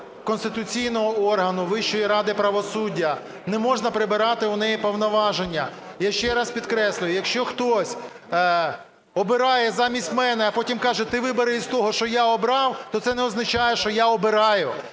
Вищої ради правосуддя, не можна прибирати в неї повноваження. Я ще раз підкреслюю, якщо хтось обирає замість мене, а потім каже, ти вибери з того, що я обрав, то це не означає, що я обираю.